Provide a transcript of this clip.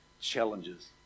challenges